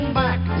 back